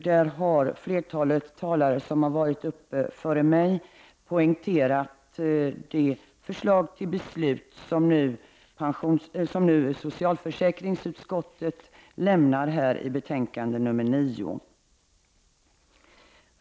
Där har flertalet talare som varit uppe före mig poängterat de förslag till beslut som nu socialförsäkringsutskottet lämnat i betänkande 9.